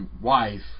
wife